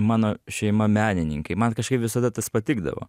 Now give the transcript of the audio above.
mano šeima menininkai man kažkaip visada tas patikdavo